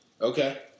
Okay